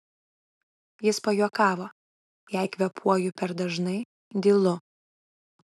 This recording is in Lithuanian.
jis pajuokavo jei kvėpuoju per dažnai dylu